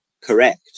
correct